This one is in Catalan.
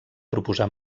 proposà